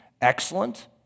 excellent